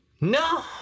no